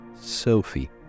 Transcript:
Sophie